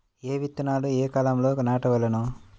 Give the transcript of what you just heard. ఏ విత్తనాలు ఏ కాలాలలో నాటవలెను?